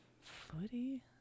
footy